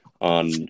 on